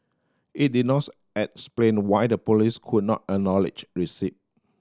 it did explain why the police could not acknowledge receipt